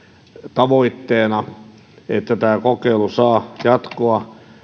tavoitteena että tämä kokeilu saa jatkoa